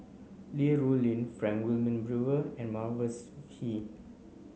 Li Rulin Frank Wilmin Brewer and Mavis Pee